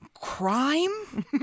crime